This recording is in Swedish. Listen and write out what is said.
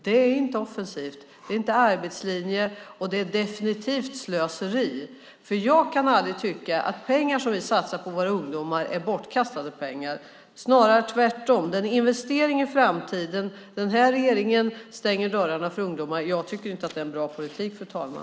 Det är inte offensivt, det är ingen arbetslinje och det är definitivt slöseri. Jag kan nämligen aldrig tycka att pengar som vi satsar på våra ungdomar är bortkastade pengar - snarare tvärtom. Det är en investering för framtiden. Den här regeringen stänger dörrarna för ungdomar. Jag tycker inte att det är en bra politik, fru talman.